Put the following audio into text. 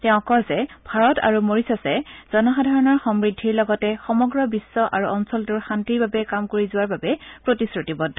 তেওঁ কয় যে ভাৰত আৰু মৰিচাচে জনসাধাৰণৰ সমৃদ্ধিৰ লগতে সমগ্ৰ বিখ্ব আৰু অঞ্চলটোৰ শান্তিৰ বাবে কাম কৰি যোৱাৰ বাবে প্ৰতিশ্ৰুতিবদ্দ